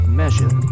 measure